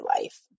life